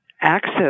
access